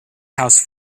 house